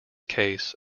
case